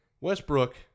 Westbrook